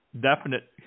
definite